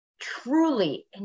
truly